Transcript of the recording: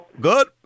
Good